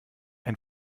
ein